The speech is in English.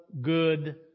good